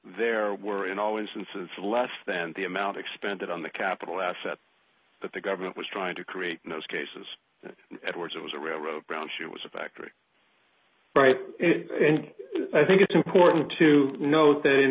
there were in all instances less than the amount expended on the capital assets that the government was trying to create in those cases and edwards it was a railroad around she was a factory right and i think it's important to note that in